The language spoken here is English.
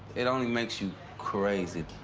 it only makes you crazy.